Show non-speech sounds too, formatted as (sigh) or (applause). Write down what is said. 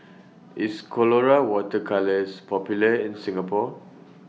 (noise) IS Colora Water Colours Popular in Singapore